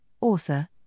author